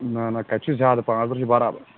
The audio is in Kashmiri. نہ نہ کَتہِ چھُ زیادٕ پانٛژھ تٕرٛہ چھِ برابر